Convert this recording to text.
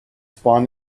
spawn